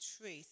truth